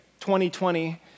2020